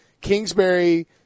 Kingsbury